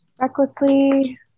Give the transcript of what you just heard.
Recklessly